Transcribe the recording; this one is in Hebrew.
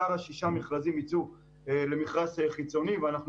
שאר שישה המכרזים ייצאו למכרז חיצוני ואנחנו